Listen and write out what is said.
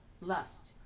lust